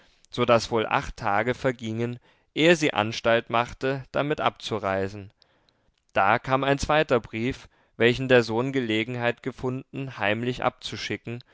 so daß wohl acht tage vergingen ehe sie anstalt machte damit abzureisen da kam ein zweiter brief welchen der sohn gelegenheit gefunden heimlich abzuschicken